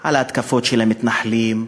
על ההתקפות של המתנחלים,